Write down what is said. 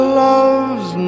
love's